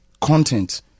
content